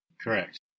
Correct